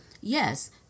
yes